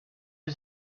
you